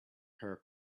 her